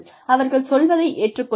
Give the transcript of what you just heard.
அவர்கள் சொல்வதை ஏற்றுக்கொள்ளுங்கள்